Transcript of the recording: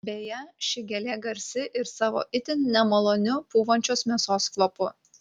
beje ši gėlė garsi ir savo itin nemaloniu pūvančios mėsos kvapu